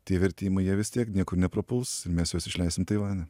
tie vertimai jie vis tiek niekur neprapuls mes juos išleisim taivane